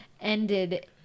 ended